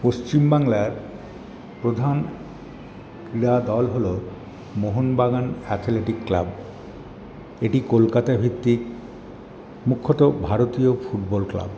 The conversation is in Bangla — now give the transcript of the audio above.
পশ্চিমবাংলার প্রধান ক্রীড়াদল হল মোহনবাগান অ্যাথলেটিক ক্লাব এটি কলকাতা ভিত্তিক মুখ্যত ভারতীয় ফুটবল ক্লাব